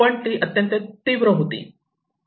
पण ती अत्यंत तीव्र होती